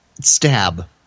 stab